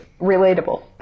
relatable